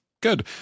Good